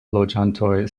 loĝantoj